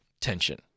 tension